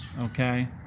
okay